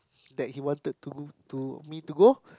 that he wanted to to me to go